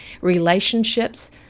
Relationships